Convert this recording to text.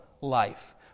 life